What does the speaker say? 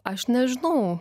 aš nežinau